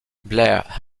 blair